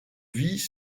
vis